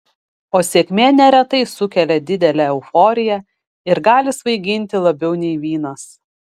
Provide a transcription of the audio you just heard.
o sėkmė neretai sukelia didelę euforiją ir gali svaiginti labiau nei vynas